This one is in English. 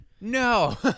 No